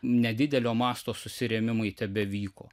nedidelio masto susirėmimai tebevyko